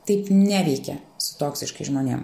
taip neveikia su toksiškais žmonėm